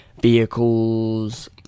vehicles